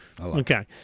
Okay